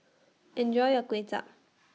Enjoy your Kway Chap